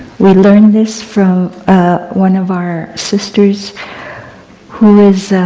we learned this from one of our sisters who was